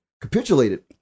capitulated